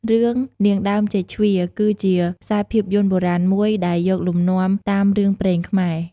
រឿង នាងដើមចេកជ្វា គឺជាខ្សែភាពយន្តបុរាណមួយ ដែលយកលំនាំតាមរឿងព្រេងខ្មែរ។